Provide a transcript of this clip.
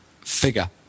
figure